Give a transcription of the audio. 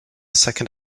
second